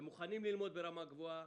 ואנשים מוכנים ללמוד ברמה גבוהה,